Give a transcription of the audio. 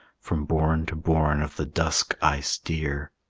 from bourn to bourn of the dusk i steer,